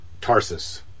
Tarsus